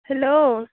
hello